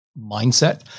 mindset